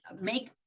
make